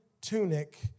tunic